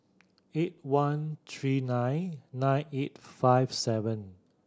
eight one three nine nine eight five seven